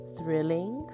Thrilling